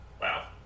Wow